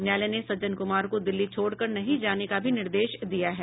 न्यायालय ने सज्जन कुमार को दिल्ली छोड़कर नहीं जाने का भी निर्देश दिया है